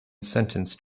sentenced